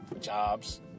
jobs